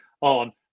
on